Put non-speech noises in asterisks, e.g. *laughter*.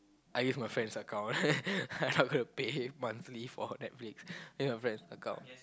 I use my friend's account *laughs* I'm not gonna pay monthly for Netflix use my friend's account